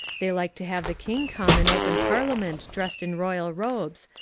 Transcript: they like to have the king come and open parliament dressed in royal robes,